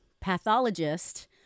pathologist